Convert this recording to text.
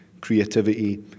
creativity